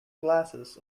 glasses